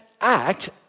act